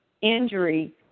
injury